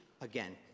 Again